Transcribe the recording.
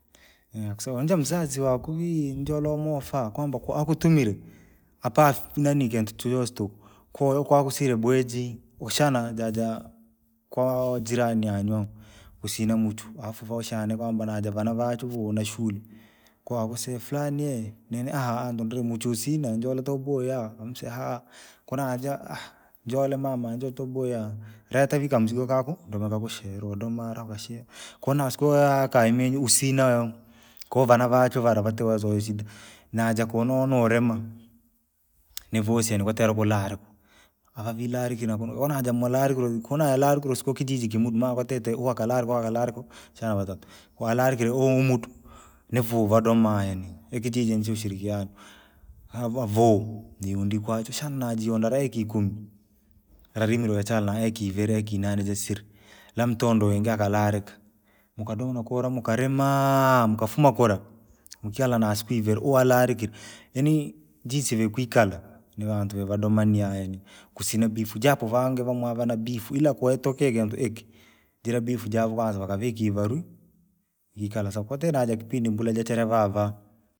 kuseya nijamzaii wako vii ijolee wamofya kwambaa koo akutumire, hapa afuma kintu chochose tuku. Koo kwakusire bwejii, ukashana ja- ja, koo jirani anywamu, kusina muchu, afu vaushana kwamba najava nava chukuu nashule. Koo akosee flani ee, nini ahaa anindrii muchu usianaa nijole tobaiyaa kamuse ahaa, konajaa jolee mama njoo toboiyoa, retaa ivii kamzigo kako ndokakushera udomara ukasheree, kanasiku haa kaimenyua usinaa, konavana vachwe vala vatu uvazoizile. Naja kunono urimaa, nivuse nukatela ukulala uku, avavilakira kuno vonaja molali kula konamolakirire isiko kijiji kimudu maa kutite huu akalarikwa huu akalakirwa. Shana valarikwa huu muntuu, ni fuu vodomaa ene. Ikijiji nichaushirikiano, avavuu ni yundri kwa cho shana najiyunda eka ikumi. Rarimire urachara eka ivere eka inane jarisa, lamtondoo ingia akalaleki mukadoma nukula mukarimaa! Mkatumaa kura, mtikala na isiku ivere uhoo alakire. Yaani, jinsi vikuikala, ni vantu vyadomaniani yani, kusina japo vangi vamwa vana ila ikitokee kintu iki, jira javyo vakavika ivarwii. Jikala sawa kotee najakipindi mbula jachirevaa vaa.